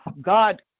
god